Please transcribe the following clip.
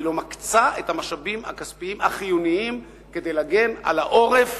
היא לא מקצה את המשאבים הכספיים החיוניים כדי להגן על העורף